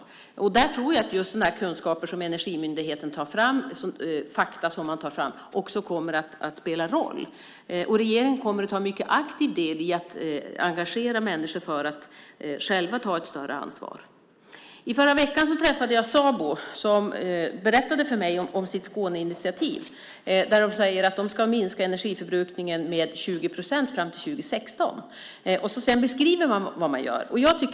Där tror jag att just fakta som Energimyndigheten tar fram också kommer att spela roll. Regeringen kommer att ta en mycket aktiv del i att engagera människor att själva ta ett större ansvar. I förra veckan träffade jag Sabo som berättade för mig om sitt Skåneinitiativ. Man säger att man ska minska energiförbrukningen med 20 procent fram till 2016 och beskriver vad man gör.